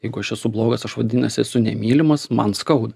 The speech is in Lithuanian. jeigu aš esu blogas aš vadinasi esu nemylimas man skauda